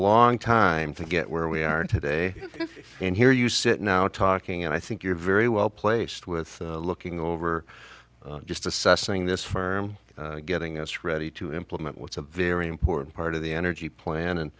long time to get where we are today and here you sit now talking and i think you're very well placed with looking over just assessing this firm getting us ready to implement what's a very important part of the energy plan and